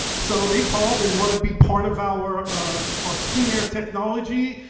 so they called and want to be part of our ah our clean air technology.